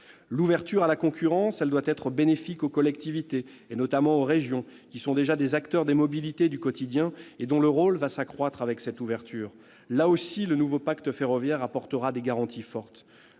L'ouverture à la concurrence doit être bénéfique aussi pour les collectivités territoriales, notamment pour les régions, qui sont déjà des acteurs des mobilités du quotidien et dont le rôle va s'accroître avec cette ouverture. Là aussi, le nouveau pacte ferroviaire apportera des garanties fortes.